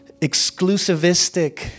exclusivistic